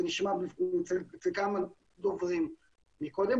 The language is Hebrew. זה נשמע אצל כמה דוברים מקודם,